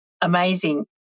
amazing